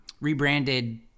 rebranded